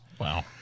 Wow